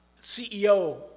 CEO